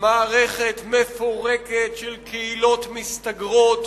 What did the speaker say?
מערכת מפורקת של קהילות מסתגרות,